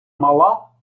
мала